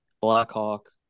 Blackhawk